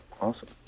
Awesome